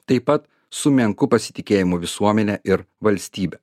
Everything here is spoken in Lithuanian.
taip pat su menku pasitikėjimu visuomene ir valstybe